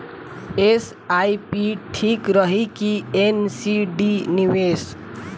SIP ठीक रही कि एन.सी.डी निवेश?